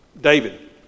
David